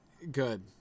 Good